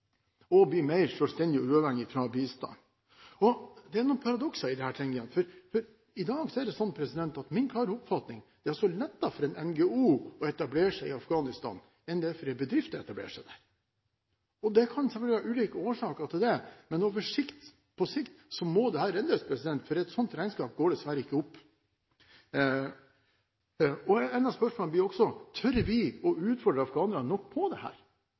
og bli mer selvstendig og uavhengig av bistand. Det er noen paradokser i dette. I dag er min klare oppfatning at det er lettere for en NGO å etablere seg i Afghanistan enn det er for en bedrift å etablere seg der. Det kan selvfølgelig være ulike årsaker til det, men på sikt må dette reddes, for et slikt regnskap går dessverre ikke opp. Et av spørsmålene blir også: Tør vi å utfordre afghanerne nok på dette? En annen utfordring er: Er det